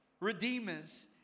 redeemers